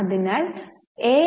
അതിനാൽ എ